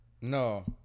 No